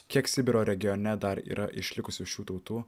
kiek sibiro regione dar yra išlikusių šių tautų